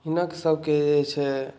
हिनक सबके जे छै